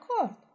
Accord